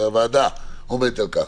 והוועדה עומדת על כך,